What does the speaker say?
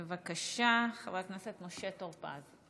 בבקשה, חבר הכנסת משה טור פז.